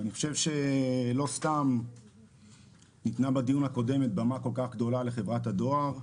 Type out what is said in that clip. אני חושב שלא סתם ניתנה דיון הקודם במה כל כך גדולה לחברת הדואר.